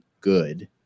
good